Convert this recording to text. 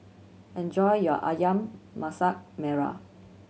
enjoy your Ayam Masak Merah